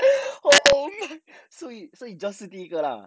so you so joyce 是第一个 lah